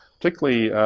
particularly